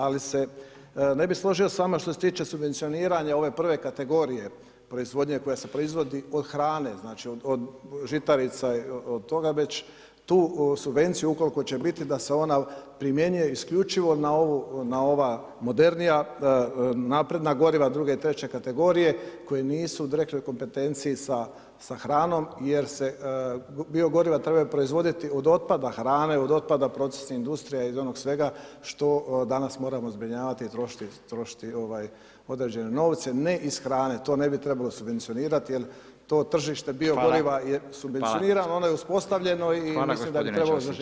Ali se ne bi složio s vama što se tiče subvencioniranja ove prve kategorije proizvodnje koja se proizvodi od hrane, znači od žitarica i od toga, već tu subvenciju ukoliko će biti da će ona biti isključivo na ova modernija napredna goriva druge i treće kategorije, koje nisu direktne kompetencije sa hranom jer se bio goriva trebaju proizvoditi od otpada hrane, od otpada procesnih industrija i onog svega, što danas moramo zbrinjavati i trošiti određene novce, ne iz hrane, to ne bi trebalo subvencionirati, jer to tržište bio goriva, je subvencioniran, ono je uspostavljeno i mislim da bi trebalo zaživiti.